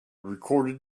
recorded